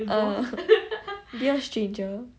err dear stranger